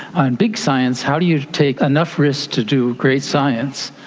on big science, how do you take enough risk to do great science